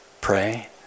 pray